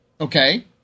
okay